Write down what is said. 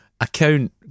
account